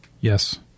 Yes